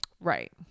right